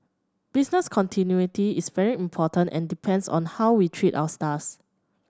business continuity is very important and depends on how we treat our starts